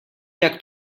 jak